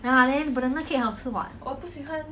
!hanna! then banana cake 好吃 [what]